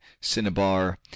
cinnabar